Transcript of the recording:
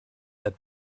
that